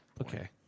Okay